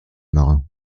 marin